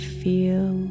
feel